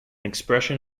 expression